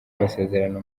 amasezerano